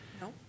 no